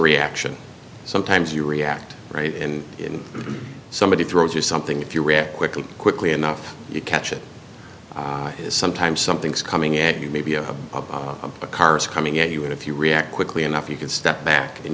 reaction sometimes you react right and in somebody throws you something if you react quickly quickly enough you catch it has some time something's coming at you maybe a car is coming at you and if you react quickly enough you can step back and